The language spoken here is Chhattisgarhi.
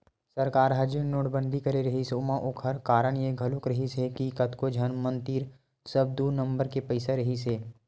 सरकार ह जेन नोटबंदी करे रिहिस हे ओमा ओखर कारन ये घलोक रिहिस हे के कतको झन मन तीर सब दू नंबर के पइसा रहिसे हे